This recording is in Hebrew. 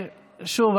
שוב,